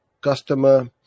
customer